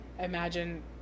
imagine